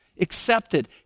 accepted